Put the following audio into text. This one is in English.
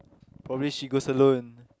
probably she goes salon